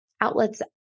outlets